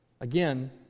again